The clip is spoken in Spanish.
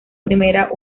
primera